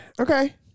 Okay